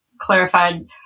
clarified